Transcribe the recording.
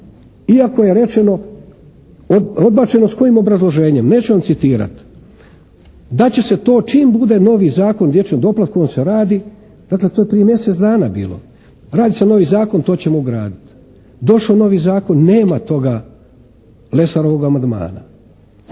iako je rečeno, odbačeno s kojim obrazloženjem, neću vam citirati. Da će se to čim bude novi Zakon o dječjem doplatku, on se radi, dakle to je prije mjesec dana bilo. Radi se novi zakon, to ćemo ugraditi. Došao je novi zakon, nema toga Lesarovog amandmana.